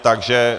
Takže...